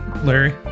Larry